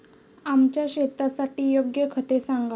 आमच्या शेतासाठी योग्य खते सांगा